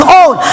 own